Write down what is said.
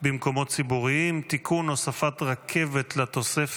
במקומות ציבוריים (תיקון, הוספת רכבת לתוספת),